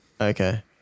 Okay